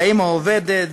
האימא עובדת,